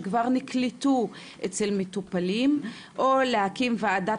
שכבר נקלטו אצל מטופלים או להקים וועדת